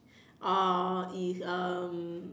or is um